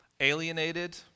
alienated